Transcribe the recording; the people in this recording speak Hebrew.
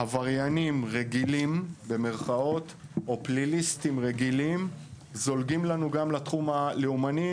עבריינים או פליליסטים "רגילים" זולגים לנו גם לתחום הלאומני,